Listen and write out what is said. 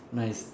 nice